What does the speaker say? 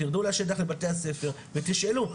תרדו לשטח לבתי הספר ותשאלו.